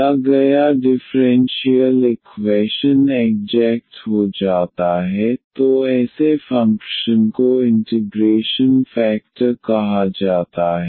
दिया गया differential equation exact हो जाता है तो ऐसे फ़ंक्शन को इंटिग्रेशन फेकटर कहा जाता है